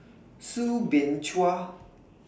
Soo Bin Chua